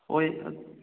ꯍꯣꯏ